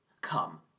Come